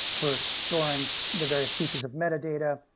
for storing the various pieces of metadata.